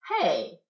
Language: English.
hey